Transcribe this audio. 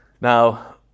Now